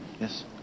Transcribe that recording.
Yes